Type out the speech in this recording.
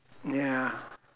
ya